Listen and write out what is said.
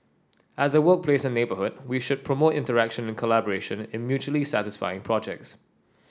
at the workplace and neighbourhood we should promote interaction and collaboration in mutually satisfying projects